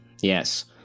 Yes